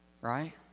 right